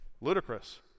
Ludicrous